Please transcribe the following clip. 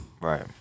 Right